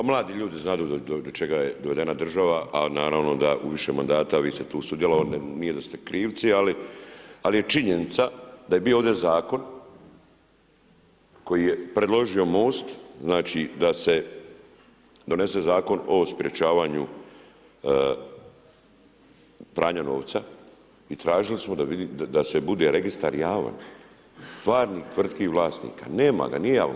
Mladi ljudi znadu do čega je navedena država a naravno da u više mandata, vi ste tu sudjelovali, nije da ste krivci, ali je činjenica da je bio ovdje zakon, koji je predložio Most da se donese zakon o sprječavanju prava novca i tražili smo da bude registar javan, stvarni tvrtki vlasnika, nema ga, nije javan.